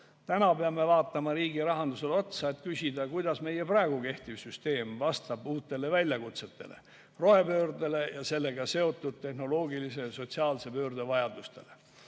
Täna peame vaatama riigi rahandusele otsa, et küsida, kuidas meie praegu kehtiv süsteem vastab uutele väljakutsetele: rohepöördele ja sellega seotud tehnoloogilise ja sotsiaalse pöörde vajadustele.